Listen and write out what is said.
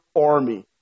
army